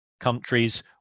countries